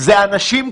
אלה אנשים קבועים,